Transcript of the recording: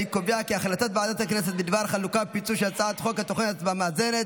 הצעת ועדת הכנסת בדבר חלוקה ופיצול של הצעת חוק התוכנית המאזנת